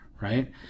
right